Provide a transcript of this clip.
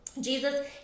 Jesus